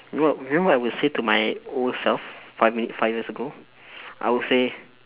you know what you know what I will say to my old self five minute five years ago I would say